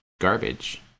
garbage